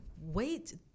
wait